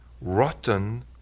rotten